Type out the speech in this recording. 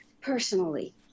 personally